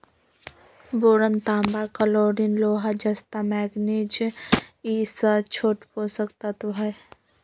boron तांबा chlorine लोहा जस्ता मैग्निज ई स छोट पोषक तत्त्व हई